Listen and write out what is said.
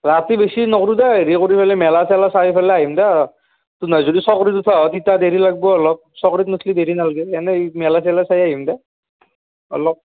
ৰাতি বেছি নকৰোঁ দে হেৰি কৰি মেলা চেলা চাই পেলাই আহিম দে কোনোবাই যদি চকৰিত উঠা তেতিয়া দেৰি লাগিব অলপ চকৰিত নুঠিলে দেৰি নালগে এনেই মেলা চেলা চাই আহিম দে অলপ